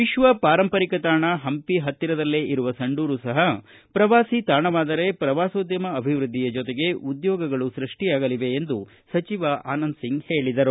ವಿಶ್ವ ಪಾರಂಪರಿಕ ತಾಣ ಹಂಪಿ ಪತ್ತಿರದಲ್ಲೇ ಇರುವ ಸಂಡೂರು ಸಹ ಪ್ರವಾಸಿ ತಾಣವಾದರೆ ಪ್ರವಾಸೋದ್ಯಮ ಅಭಿವೃದ್ದಿಯ ಜೊತೆಗೆ ಉದ್ಯೋಗಗಳು ಸೃಷ್ಟಿಯಾಗಲಿವೆ ಎಂದು ಸಚಿವ ಆನಂದಸಿಂಗ್ ಹೇಳಿದರು